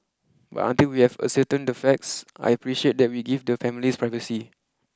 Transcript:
but until we have ascertained the facts I appreciate that we give the families privacy